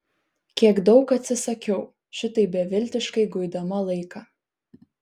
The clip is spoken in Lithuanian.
kiek daug atsisakiau šitaip beviltiškai guidama laiką